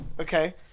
okay